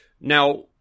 Now